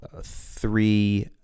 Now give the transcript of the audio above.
three